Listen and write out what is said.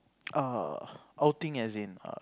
uh outing as in uh